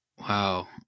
Wow